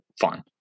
fun